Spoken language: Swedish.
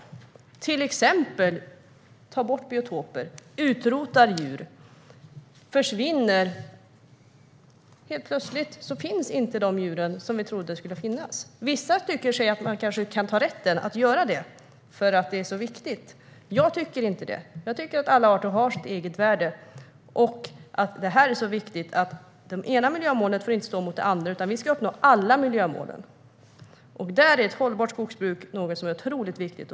Det gäller till exempel att ta bort biotoper och utrota djur. Helt plötsligt försvinner de, och de djur som skulle finnas finns inte. Vissa tycker kanske att man kan ta sig rätten att göra det för att det är så viktigt. Jag tycker inte det. Alla arter har sitt eget värde. Det är så viktigt. Det ena miljömålet får inte stå mot de andra, utan vi ska uppnå alla miljömålen. Där är ett hållbart skogsbruk något som är otroligt viktigt.